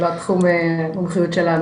זה לא התחום מומחיות שלנו,